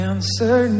Answer